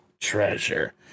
Treasure